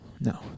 No